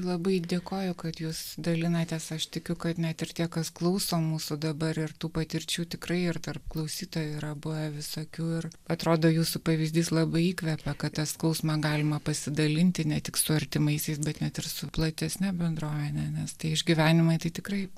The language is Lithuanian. labai dėkoju kad jūs dalinatės aš tikiu kad net ir tie kas klauso mūsų dabar ir tų patirčių tikrai ir tarp klausytojų yra buvę visokių ir atrodo jūsų pavyzdys labai įkvepia kad tą skausmą galima pasidalinti ne tik su artimaisiais bet net ir su platesne bendruomene nes tai išgyvenimai tai tikrai